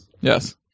Yes